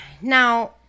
now